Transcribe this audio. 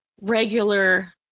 regular